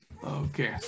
Okay